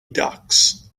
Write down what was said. ducks